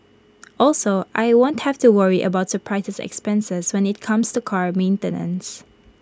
also I won't have to worry about surprise expenses when IT comes to car maintenance